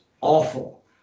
awful